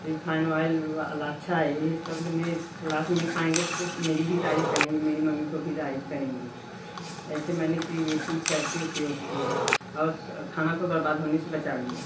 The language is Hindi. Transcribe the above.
रिफाइंड ऑइल वाला अच्छा है ये सब मेरे क्लास में खाएँगे तो मेरी भी तारीफ़ करेंगे मेरी मम्मी की भी तारीफ़ करेंगे